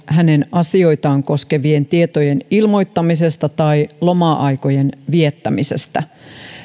hänen asioitaan koskevien tietojen ilmoittamisesta tai loma aikojen viettämisestä